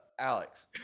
alex